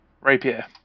rapier